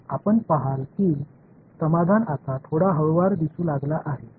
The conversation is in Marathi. आपण पहाल की समाधान आता थोडा हळूवार दिसू लागला आहे बरोबर